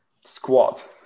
squat